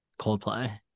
Coldplay